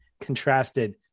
contrasted